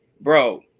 Bro